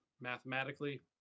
Mathematically